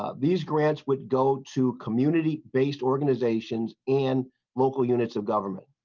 ah these grants would go to community based organizations and local units of government.